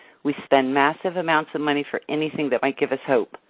we spend massive amounts of money for anything that might give us hope.